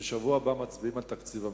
בשבוע הבא אנחנו מצביעים על תקציב המדינה.